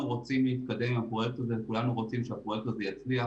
רוצים להתקדם אתו וכולנו רוצים שהוא יצליח.